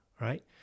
right